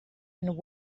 and